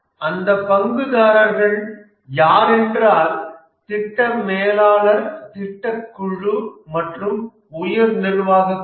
அந்த பங்குதாரர்கள் யாரென்றால் திட்ட மேலாளர் திட்ட குழு மற்றும் உயர் நிர்வாககுழு